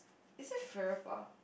is it Farrer Park